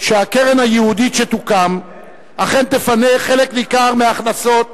שהקרן הייעודית שתוקם אכן תפנה חלק ניכר מההכנסות